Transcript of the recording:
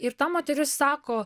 ir ta moteris sako